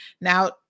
Now